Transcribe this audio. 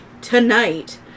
tonight